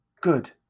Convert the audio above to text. Good